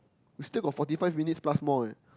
we still got forty five minutes plus more eh